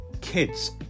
kids